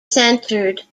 centered